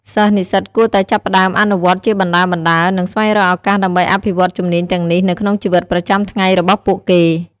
សិស្សនិស្សិតគួរតែចាប់ផ្តើមអនុវត្តជាបណ្តើរៗ និងស្វែងរកឱកាសដើម្បីអភិវឌ្ឍជំនាញទាំងនេះនៅក្នុងជីវិតប្រចាំថ្ងៃរបស់ពួកគេ។